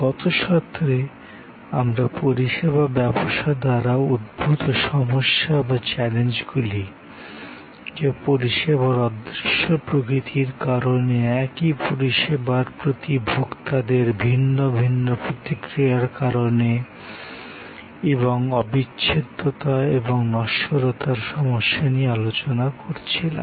গত সেশনে ত্রে আমরা পরিষেবা ব্যবসা দ্বারা উদ্ভূত সমস্যা বা চ্যালেঞ্জগুলি যা পরিষেবার অদৃশ্য প্রকৃতির কারণে একই পরিষেবার প্রতি ভোক্তাদের ভিন্ন ভিন্ন প্রতিক্রিয়ার কারণে এবং অবিচ্ছেদ্যতা এবং নশ্বরতার সমস্যা নিয়ে আলোচনা করছিলাম